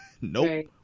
Nope